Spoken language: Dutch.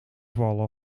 vallen